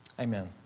Amen